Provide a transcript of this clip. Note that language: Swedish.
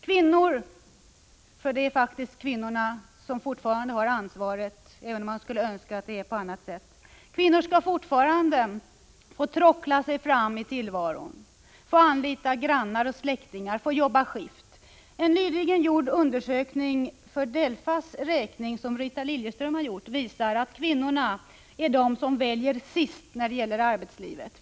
Kvinnor — för det är faktiskt kvinnorna som har ansvaret, även om man skulle önska att det vore på annat sätt — skall fortfarande ”tråckla” sig fram i tillvaron, få anlita grannar och släktingar, få jobba skift. En nyligen gjord undersökning för DELFA:s räkning, som Rita Liljeström har gjort, visar att kvinnorna är de som väljer sist när det gäller arbetslivet.